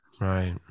Right